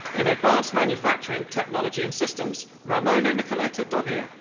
in advanced manufacturing technology and systems, ramona nicoleta dogea.